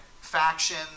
factions